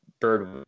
Bird